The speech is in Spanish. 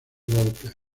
walker